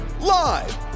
live